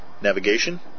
Navigation